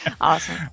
Awesome